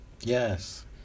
Yes